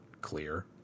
clear